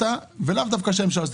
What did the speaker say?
ולא רק של הממשלה הזאת,